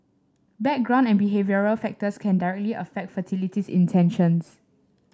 background and behavioural factors can directly affect fertility intentions